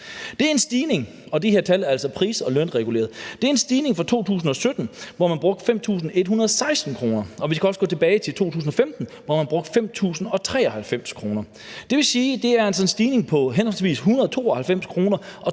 ledelse pr. indbygger. De her tal er altså pris- og lønreguleret, og det er en stigning fra 2017, hvor man brugte 5.116 kr. Vi kan også gå tilbage til 2015, hvor man brugte 5.093 kr. Det vil sige, at det altså er en stigning på henholdsvis 192 kr.